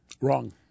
Wrong